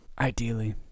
Ideally